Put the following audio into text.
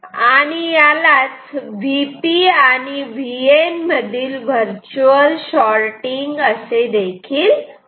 आणि यालाच Vp आणि आणि Vn मधील वर्च्युअल शॉटिंग असे म्हणतात